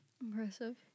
Impressive